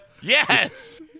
Yes